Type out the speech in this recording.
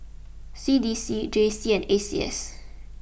C D C J C and A C S